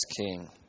king